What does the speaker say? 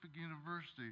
University